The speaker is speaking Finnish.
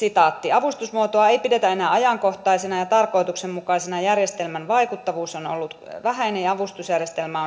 avustusmuotoa ei pidetä enää ajankohtaisena ja tarkoituksenmukaisena järjestelmän vaikuttavuus on ollut vähäinen ja avustusjärjestelmä